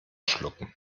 schlucken